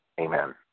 Amen